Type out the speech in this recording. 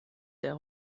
der